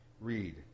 read